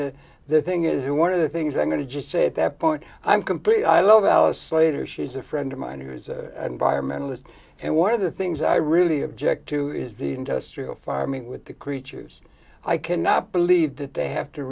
and the thing is one of the things i'm going to just say at that point i'm completely i love alice later she's a friend of mine who was environment was and one of the things i really object to is the industrial farming with the creatures i cannot believe that they have to